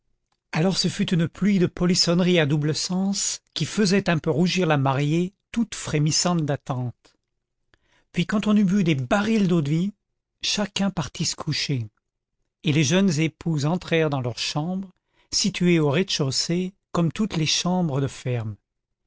alors ce fut une pluie de polissonneries à double sens qui faisaient un peu rougir la mariée toute frémissante d'attente puis quand on eut bu des barils d'eau-de-vie chacun partit se coucher et les jeunes époux entrèrent en leur chambre située au rez-de-chaussée comme toutes les chambres de ferme